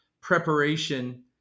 preparation